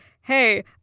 hey